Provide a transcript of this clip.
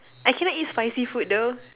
I cannot eat spicy food though